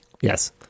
Yes